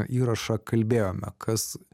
įrašą kalbėjome kas